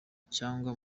cyangwa